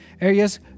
areas